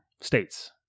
states